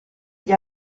gli